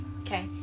Okay